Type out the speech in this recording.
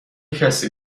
کسی